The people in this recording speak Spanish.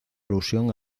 alusión